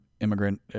immigrant